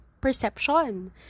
perception